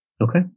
Okay